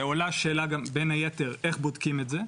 ועולה השאלה גם בין היתר איך בודקים את זה?